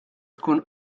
tkun